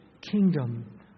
kingdom